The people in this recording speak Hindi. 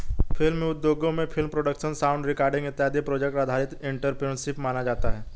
फिल्म उद्योगों में फिल्म प्रोडक्शन साउंड रिकॉर्डिंग इत्यादि प्रोजेक्ट आधारित एंटरप्रेन्योरशिप माना जाता है